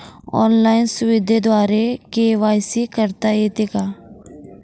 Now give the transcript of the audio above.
Online सुविधेद्वारे KYC करता येते का?